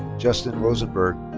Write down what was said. justen rosenberg.